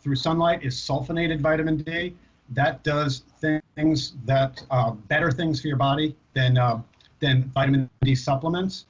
through sunlight is sulphonated vitamin today that does things things that better things for your body then ah then vitamin d supplements.